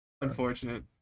Unfortunate